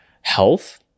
health